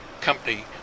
company